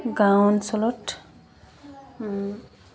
গাঁও অঞ্চলত